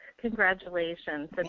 Congratulations